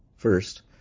First